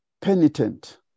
penitent